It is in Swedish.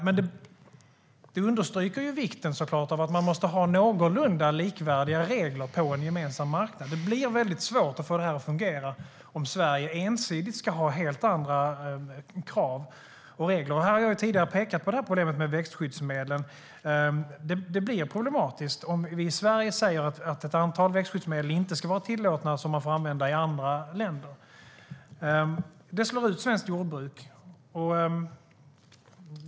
Detta understryker såklart vikten av att man måste ha någorlunda likvärdiga regler på en gemensam marknad. Det blir väldigt svårt att få det här att fungera om Sverige ensidigt ska ha helt andra krav och regler. Jag har tidigare pekat på problemet med växtskyddsmedlen. Det blir problematiskt om vi i Sverige säger att ett antal växtskyddsmedel som man får använda i andra länder inte ska vara tillåtna här. Det slår ut svenskt jordbruk.